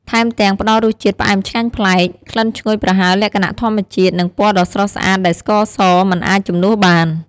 ថែមទាំង ផ្ដល់រសជាតិផ្អែមឆ្ងាញ់ប្លែក ក្លិនឈ្ងុយប្រហើរលក្ខណៈធម្មជាតិ និងពណ៌ដ៏ស្រស់ស្អាតដែលស្ករសមិនអាចជំនួសបាន។